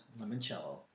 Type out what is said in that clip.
limoncello